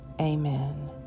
Amen